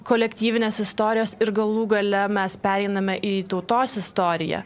kolektyvinės istorijos ir galų gale mes pereiname į tautos istoriją